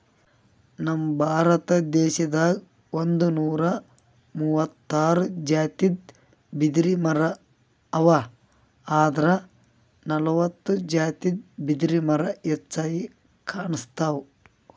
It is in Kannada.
ನಮ್ ಭಾರತ ದೇಶದಾಗ್ ಒಂದ್ನೂರಾ ಮೂವತ್ತಾರ್ ಜಾತಿದ್ ಬಿದಿರಮರಾ ಅವಾ ಆದ್ರ್ ನಲ್ವತ್ತ್ ಜಾತಿದ್ ಬಿದಿರ್ಮರಾ ಹೆಚ್ಚಾಗ್ ಕಾಣ್ಸ್ತವ್